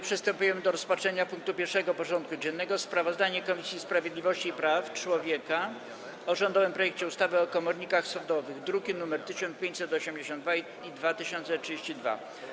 Przystępujemy do rozpatrzenia punktu 1. porządku dziennego: Sprawozdanie Komisji Sprawiedliwości i Praw Człowieka o rządowym projekcie ustawy o komornikach sądowych (druki nr 1582 i 2032)